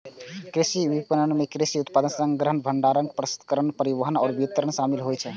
कृषि विपणन मे कृषि उत्पाद संग्रहण, भंडारण, प्रसंस्करण, परिवहन आ वितरण शामिल होइ छै